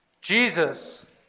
Jesus